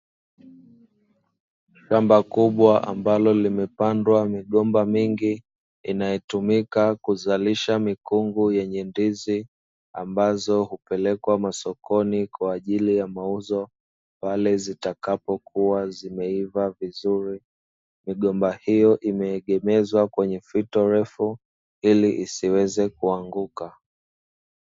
Shamba kubwa ambalo limepandwa migomba mingi inayotumika kuzalisha mikungu yenye ndizi, ambazo hupelekwa masokoni kwa ajili ya mauzo, pale zitakapokuwa zimeiva vizuri, migomba hiyo imeegemezwa kwenye fito refu ili isiweze kuanguka.